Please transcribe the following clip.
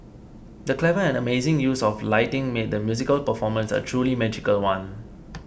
the clever and amazing use of lighting made the musical performance a truly magical one